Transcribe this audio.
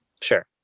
sure